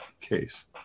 case